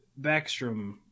Backstrom